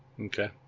okay